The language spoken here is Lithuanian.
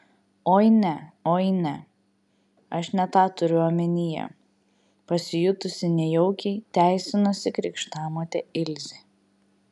oi ne oi ne aš ne tą turiu omenyje pasijutusi nejaukiai teisinosi krikštamotė ilzė